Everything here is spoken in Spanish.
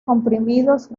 comprimidos